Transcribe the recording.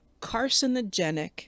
Carcinogenic